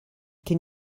can